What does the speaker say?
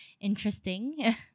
interesting